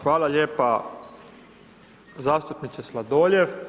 Hvala lijepo, zastupniče Sladoljev.